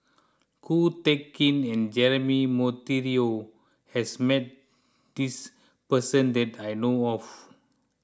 Ko Teck Kin and Jeremy Monteiro has met this person that I know of